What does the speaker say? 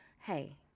Hey